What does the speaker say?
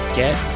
get